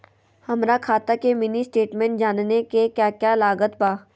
हमरा खाता के मिनी स्टेटमेंट जानने के क्या क्या लागत बा?